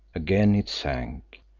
again it sank,